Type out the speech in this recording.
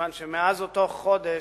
מכיוון שמאז אותו חודש,